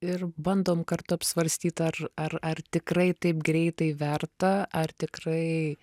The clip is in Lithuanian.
ir bandom kartu apsvarstyt ar ar ar tikrai taip greitai verta ar tikrai